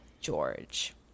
George